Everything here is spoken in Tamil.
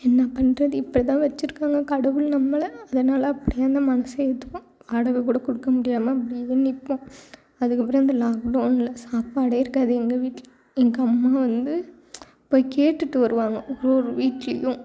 என்ன பண்ணுறது இப்படிதான் வெச்சுருக்காங்க கடவுள் நம்மளை அதனால் அப்படியே அந்த மனசு ஏற்றுக்கும் வாடகை கூட கொடுக்க முடியாமல் அப்படியே நிற்போம் அதுக்கப்புறம் இந்த லாக்டவுனில் சாப்பாடு இருக்காது எங்கள் வீட்டில் எங்கள் அம்மா வந்து போய் கேட்டுட்டு வருவாங்க ஒவ்வொரு வீட்லேயும்